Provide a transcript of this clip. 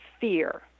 fear